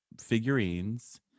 figurines